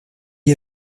ihr